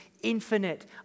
infinite